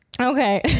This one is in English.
Okay